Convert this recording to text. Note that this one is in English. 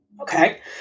Okay